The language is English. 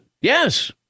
Yes